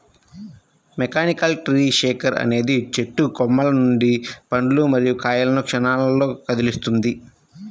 mechanical tree shaker అనేది చెట్టు కొమ్మల నుండి పండ్లు మరియు కాయలను క్షణాల్లో కదిలిస్తుంది